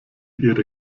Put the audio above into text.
ihre